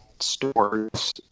stores